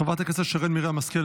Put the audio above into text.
חברת הכנסת שרן מרים השכל,